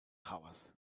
hałas